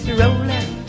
rolling